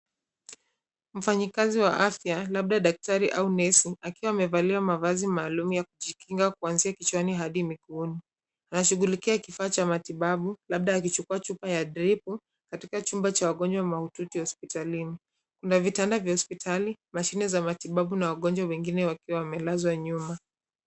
Mfanyakazi wa afya labda daktari au nesi akiwa amevalia mavazi maalum ya kujikinga kuanzia kichwani hadi miguuni. Anashughulikia kifaa cha matibabu labda akichukua chupa ya drip katika chumba cha wagonjwa mahututi hospitalini. Kuna vitanda vya hospitali, mashine za matibabu na wagonjwa wengine wakiwa wamelazwa nyuma.